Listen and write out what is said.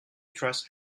trust